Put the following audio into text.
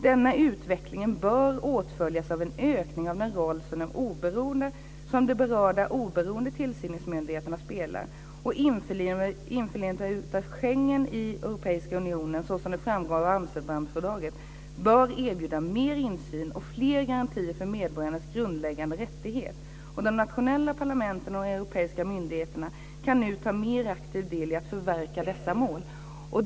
Denna utveckling bör åtföljas av en ökning av den roll som de berörda oberoende tillsynsmyndigheterna spelar. Införlivandet av Schengen i Europeiska unionen, såsom det framgår av Amsterdamfördraget bör erbjuda mer insyn och fler garantier för medborgarnas grundläggande rättigheter. De nationella parlamenten och de europeiska myndigheterna kan nu ta mer aktiv del i förverkligandet av dessa mål."